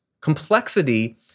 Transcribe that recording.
Complexity